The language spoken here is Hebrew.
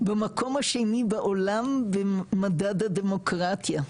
במקום השני בעולם במדד הדמוקרטיה,